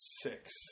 six